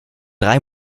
drei